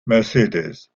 mercedes